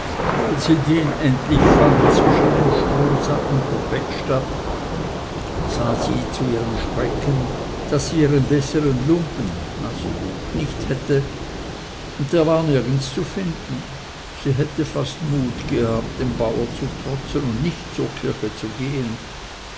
als sie den endlich fand zwischen dem strohsack und der bettstatt sah sie zu ihrem schrecken daß sie ihren bessern lumpen nicht hätte und der war nirgends zu finden sie hätte fast mut gehabt dem bauer zu trotzen und nicht zur kirche zu gehen